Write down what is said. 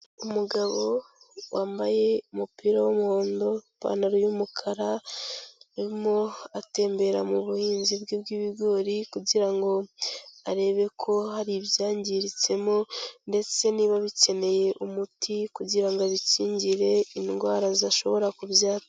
Umugabo wambaye umupira w’umuhondo, ipantaro y’umukara, arimo atembera mu buhinzi bwe bw’ibigori, kugira ngo arebe ko hari ibyangiritsemo, ndetse niba bikeneye umuti kugira abikingire indwara zashobora kubyara.